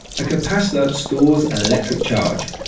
a capacitor stores electric charge.